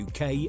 UK